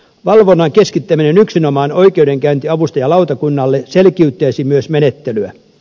valvonnan keskittäminen yksinomaan oikeu denkäyntiavustajalautakunnalle selkiyttäisi myös menettelyä